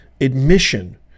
admission